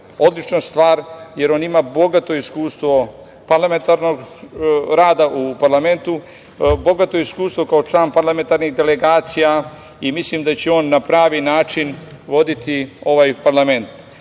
odlična stvar, jer on ima bogato iskustvo parlamentarnog rada u parlamentu, bogato iskustvo kao član parlamentarnih delegacija i mislim da će on na pravi način voditi ovaj parlament. Ivica